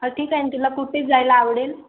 हा ठीक आहे ना तुला कठे जायला आवडेल